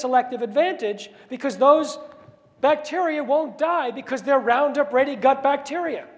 selective advantage because those bacteria won't die because their roundup ready got bacteria